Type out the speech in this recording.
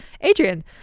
Adrian